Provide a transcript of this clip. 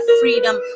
freedom